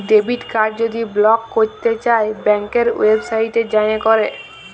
debit card যদি block ক্যইরতে চাই ব্যাংকের ওয়েবসাইটে যাঁয়ে ক্যরে